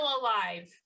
alive